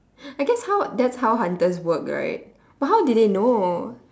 I guess how that's how hunters work right but how did they know